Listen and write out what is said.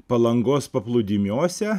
palangos paplūdimiuose